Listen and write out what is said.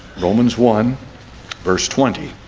romans one verse twenty